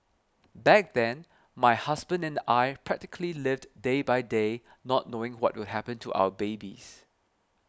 back then my husband and I practically lived day by day not knowing what will happen to our babies